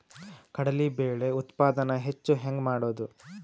ಕಡಲಿ ಬೇಳೆ ಉತ್ಪಾದನ ಹೆಚ್ಚು ಹೆಂಗ ಮಾಡೊದು?